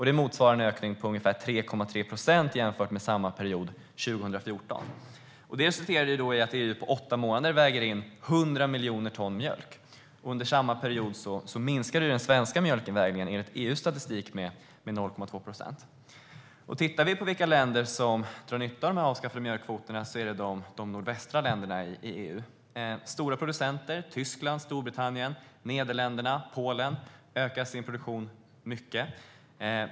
Det motsvarar en ökning på ungefär 3,3 procent jämfört med samma period 2014. Det resulterade i att EU på åtta månader vägde in 100 miljoner ton mjölk. Under samma period minskade den svenska mjölkinvägningen enligt EU:s statistik med 0,2 procent. Om man tittar på vilka länder som drar nytta av de avskaffade mjölkkvoterna ser man att det är länderna i den nordvästra delen av EU. Stora producenter som Tyskland, Storbritannien, Nederländerna och Polen ökar sin produktion mycket.